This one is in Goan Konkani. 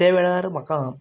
ते वेळार म्हाका